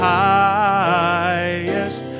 highest